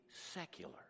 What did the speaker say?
secular